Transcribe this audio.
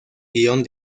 guion